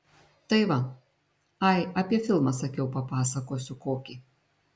tai va ai apie filmą sakiau papasakosiu kokį